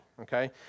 okay